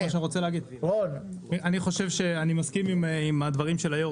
אני מסכים עם הדברים של היושב-ראש,